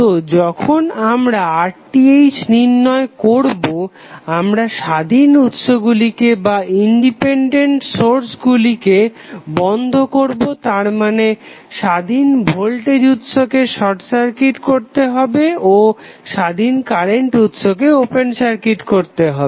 তো যখন আমরা RTh নির্ণয় করবো আমরা স্বাধীন উৎসগুলিকে বন্ধ করবো তার মানে স্বাধীন ভোল্টেজ উৎসকে শর্ট সার্কিট করতে হবে ও স্বাধীন কারেন্ট উৎসকে ওপেন সার্কিট করতে হবে